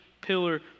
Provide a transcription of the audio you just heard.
pillar